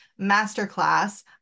masterclass